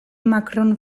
macron